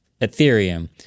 Ethereum